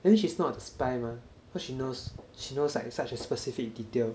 and then she's not the spy mah because she knows she knows like such as specific detail